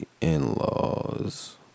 In-laws